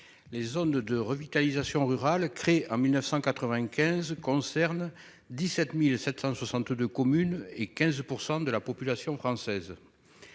les zones de revitalisation rurale (ZRR), créées en 1995, concernent 17 662 communes et 15 % de la population française.